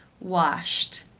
washed,